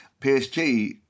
PSG